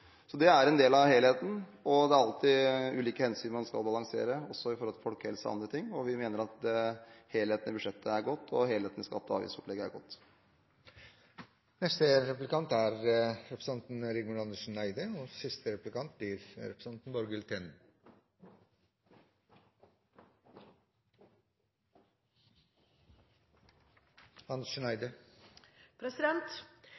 Det er en del av helheten. Det er alltid ulike hensyn man skal balansere, også med tanke på folkehelsen og andre ting. Vi mener at helheten i budsjettet er god, og at helheten i skatte- og avgiftsopplegget er